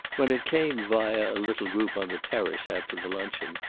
when it came, via a little group on the terrace after the luncheon,